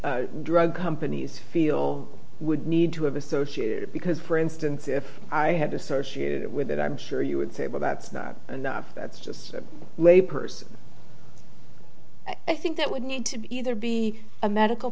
be drug companies feel would need to have associated because for instance if i had associated with it i'm sure you would say but that's not enough that's just a lay person i think that would need to either be a medical